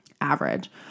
average